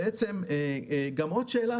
עוד שאלה